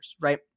right